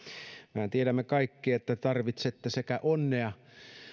mehän tiedämme kaikki että tarvitsette sekä onnea